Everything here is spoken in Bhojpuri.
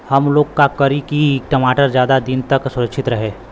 हमलोग का करी की टमाटर ज्यादा दिन तक सुरक्षित रही?